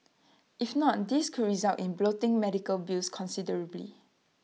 if not this could result in bloating medical bills considerably